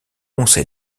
conseil